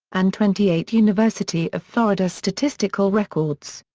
and twenty eight university of florida statistical records.